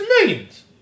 millions